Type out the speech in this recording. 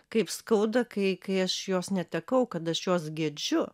kaip skauda kai kai aš jos netekau kad aš jos gedžiu